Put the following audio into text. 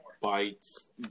bites